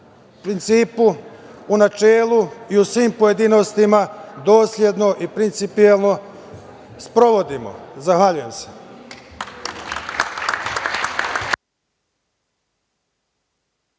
principu, u načelu i u svim pojedinostima dosledno i principijelno sprovodimo. Zahvaljujem se.